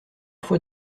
foi